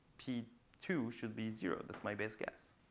p two should be zero, that's my best guess.